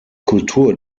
kultur